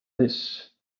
this